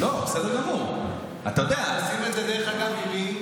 אנחנו עושים את זה, דרך אגב, עם מי?